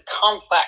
complex